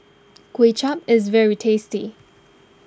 Kway Chap is very tasty